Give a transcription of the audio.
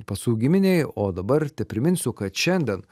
pacų giminei o dabar tepriminsiu kad šiandien